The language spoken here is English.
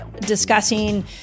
discussing